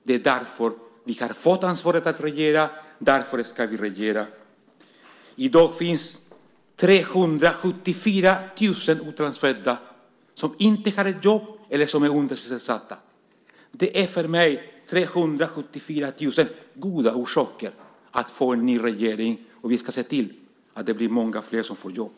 Det är därför vi har fått ansvaret att regera, och därför ska vi regera. I dag finns 374 000 utlandsfödda som inte har ett jobb eller som är undersysselsatta. Det är för mig 374 000 goda orsaker att få en ny regering. Vi ska se till att många fler får jobb.